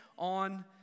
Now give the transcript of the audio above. On